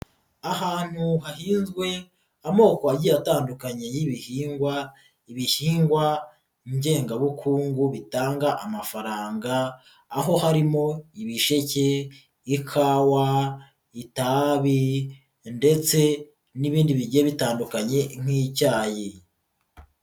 Ahantu hahinzwe amoko agiye atandukanye y'ibihingwa, ibihingwa ngengabukungu bitanga amafaranga aho harimo ibisheke, ikawa, itabi ndetse n'ibindi bigiye bitandukanye nk'icyayi.